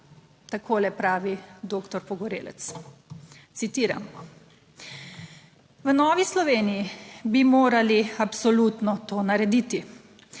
Takole pravi doktor Pogorelec, citiram: "V Novi Sloveniji bi morali absolutno to narediti.